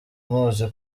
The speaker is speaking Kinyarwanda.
muzi